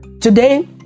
Today